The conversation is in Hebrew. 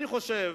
אני חושב